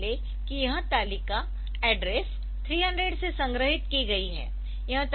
मान लें कि यह तालिका एड्रेस 300 से संग्रहीत की गई है